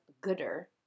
Gooder